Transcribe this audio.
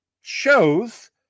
shows